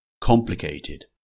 Complicated